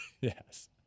Yes